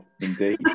indeed